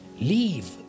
leave